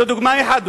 זאת דוגמה אחת.